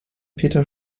peter